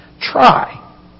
try